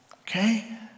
Okay